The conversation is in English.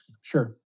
Sure